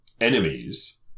enemies